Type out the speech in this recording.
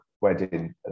wedding